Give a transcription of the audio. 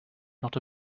not